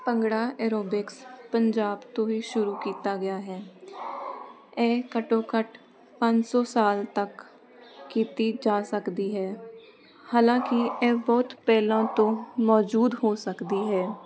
bhangra aerobics Punjab ਤੋਂ ਹੀ ਸ਼ੁਰੂ ਕੀਤਾ ਗਿਆ ਹੈ ਇਹ ਘੱਟੋ ਘੱਟ ਪੰਜ ਸੌ ਸਾਲ ਤੱਕ ਕੀਤੀ ਜਾ ਸਕਦੀ ਹੈ ਹਾਲਾਂਕਿ ਇਹ ਬਹੁਤ ਪਹਿਲਾਂ ਤੋਂ ਮੌਜੂਦ ਹੋ ਸਕਦੀ ਹੈ